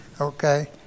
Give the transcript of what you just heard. Okay